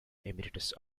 emeritus